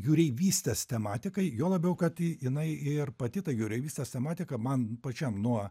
jūreivystės tematikai juo labiau kad jinai ir pati ta jūreivystės tematika man pačiam nuo